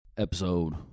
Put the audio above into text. Episode